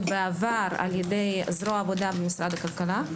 בעבר על-ידי זרוע העבודה במשרד הכלכלה,